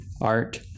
art